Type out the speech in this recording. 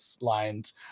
lines